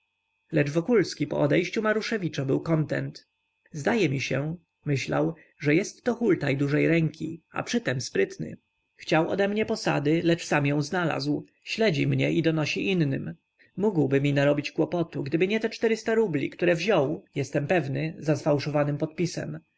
lecz wokulski po odejściu maruszewicza był kontent zdaje mi się myślał że jest to hultaj dużej ręki a przy tem sprytny chciał ode mnie posady lecz sam ją znalazł śledzi mnie i donosi innym mógłby mi narobić kłopotu gdyby nie te czterysta rubli które wziął jestem pewny za sfałszowanym podpisem